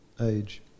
age